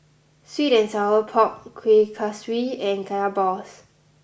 Sweet and Sour Pork Kueh Kaswi and Kaya Balls